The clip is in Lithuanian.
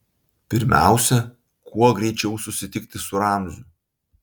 pirmiausia kuo greičiau susitikti su ramziu